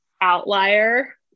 outlier